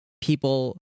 people